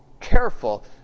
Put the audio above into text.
careful